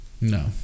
no